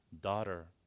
daughter